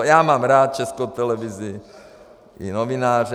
Já mám rád Českou televizi i novináře.